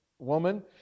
Woman